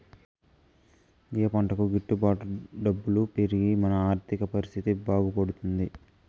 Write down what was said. ఏ పంటకు గిట్టు బాటు డబ్బులు పెరిగి మన ఆర్థిక పరిస్థితి బాగుపడుతుంది?